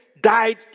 died